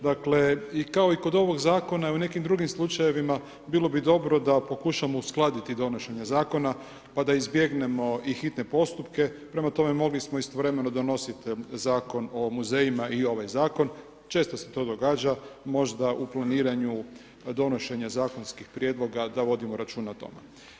Dakle, kao i kod ovog zakona i u nekim drugim slučajevima, bilo bi dobro da pokušamo uskladiti donošenje zakona pa da izbjegnemo i hitne postupke, prema tome, mogli smo istovremeno donositi Zakon o muzejima i ovaj zakon, često se to događa, možda u planiranju donošenja zakonskih prijedloga da vodimo računa o tome.